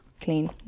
clean